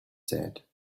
said